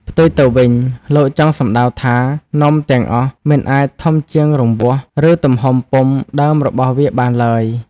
ផ្ទុយទៅវិញ លោកចង់សំដៅថា នំទាំងអស់មិនអាចធំជាងរង្វាស់ ឬទំហំពុម្ពដើមរបស់វាបានឡើយ។